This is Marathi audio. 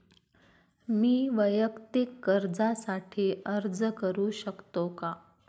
मी वैयक्तिक कर्जासाठी अर्ज करू शकतो का?